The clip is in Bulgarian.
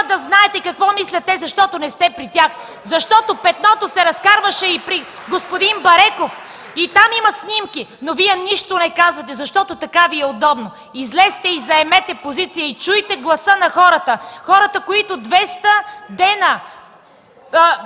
да знаете какво мислят те, защото не сте при тях. (Ръкопляскания от ГЕРБ.) Защото Петното се разкарваше и при господин Бареков. И там има снимки, но Вие нищо не казвате, защото така Ви е удобно. Излезте и заемете позиция, и чуйте гласа на хората, които 200 дни